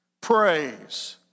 Praise